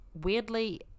weirdly